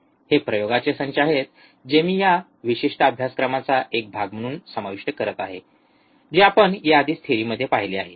हे प्रयोगाचे संच आहेत जे मी या विशिष्ट अभ्यासक्रमाचा एक भाग म्हणून समाविष्ट करत आहे जे आपण याआधीच थेरीमध्ये पाहिले आहे